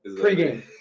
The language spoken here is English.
Pre-game